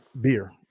beer